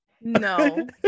No